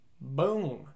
Boom